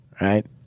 Right